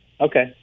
Okay